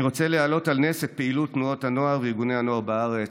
אני רוצה להעלות על נס את פעילות תנועות הנוער וארגוני הנוער בארץ.